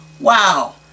Wow